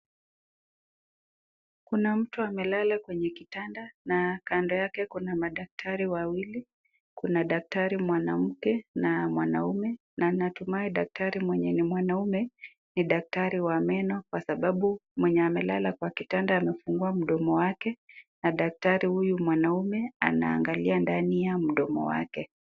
Kuna mtu amelala kwenye kitanda na kando yake kuna madaktari wawili, kuna daktari mwanamke na mwanaume, na natumai daktari mwenye ni mwanaume ni daktari wa meno kwasababu mwenye amelala kwa kitand amefungua mdomo wake na daktari huyu mwanaume anaangalia ndani ya mdomo wake.